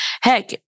Heck